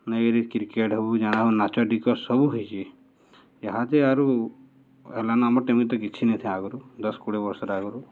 ନେଇକରି ଏ କ୍ରିକେଟ୍ ହଉ ଜାଣା ହଉ ନାଚ ଡ଼ିକ ସବୁ ହେଇଚି ଏହାଦେ ଆରୁ ହେଲାନ ଆମର୍ ଟାଇମ୍ରେ ତ କିଛି ନାଇଥାଇ ଆଗରୁ ଦଶ କୁଡ଼େ ବର୍ଷର୍ ଆଗ୍ରୁ